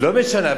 לא משנה,